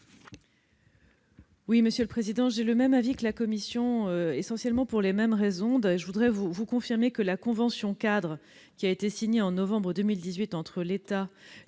du Gouvernement ? J'ai le même avis que la commission, essentiellement pour les mêmes raisons. Je voudrais confirmer que la convention-cadre qui a été signée en novembre 2018 entre l'État,